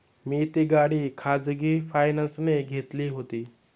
मी ती गाडी खाजगी फायनान्सने घेतली होती